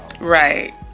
right